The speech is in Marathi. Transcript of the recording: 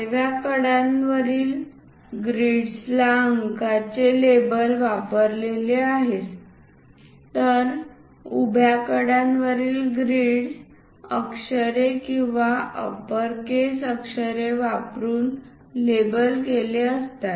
आडव्या कडांवरील ग्रीड्सला अंकांची लेबल लावलेली असते तर उभ्या कडांवरील ग्रीड्स अक्षरे किंवा अप्परकेस अक्षरे वापरुन लेबल केलेले असतात